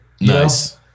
Nice